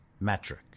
metric